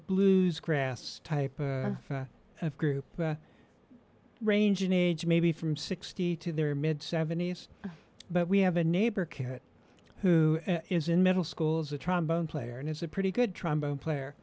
blues grass type of group range in age maybe from sixty to their mid seventies but we have a neighbor kid who is in middle schools a trombone player and it's a pretty good trombone player